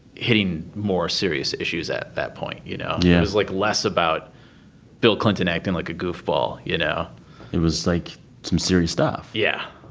hitting more serious issues at that point, you know? yeah like less about bill clinton acting like a goof ball, you know it was like some serious stuff yeah.